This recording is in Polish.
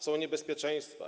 Są niebezpieczeństwa.